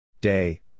Day